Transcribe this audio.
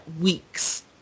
weeks